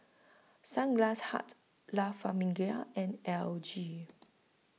Sunglass Hut La Famiglia and L G